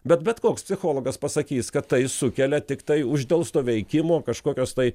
bet bet koks psichologas pasakys kad tai sukelia tiktai uždelsto veikimo kažkokios tai